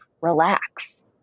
relax